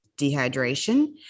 dehydration